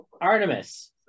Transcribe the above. Artemis